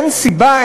אין סיבה,